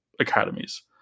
academies